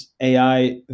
AI